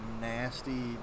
nasty